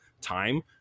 time